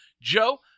Joe